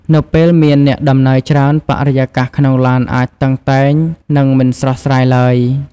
នៅពេលមានអ្នកដំណើរច្រើន បរិយាកាសក្នុងឡានអាចតឹងតែងនិងមិនស្រស់ស្រាយឡើយ។